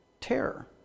terror